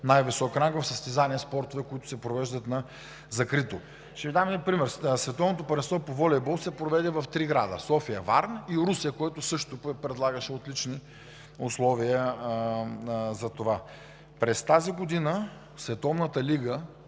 най-висок ранг в състезания и спортове, които се провеждат на закрито. Ще Ви дам един пример. Световното първенство по волейбол се проведе в три града – София, Варна и Русе, който също предлагаше отлични условия. През тази година Световната лига